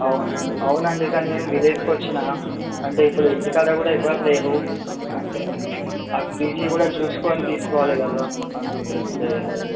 అవును అవునండి కానీ నేను విలేజ్కి వచ్చిన అంటే ఇప్పుడు ఇంటికాడ కూడా ఎవరు లేరు అంటే ఆ తీసి కూడా చూసుకొని తీసుకోవాలి కదా అందుకు ఇప్పుడు